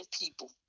people